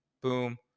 boom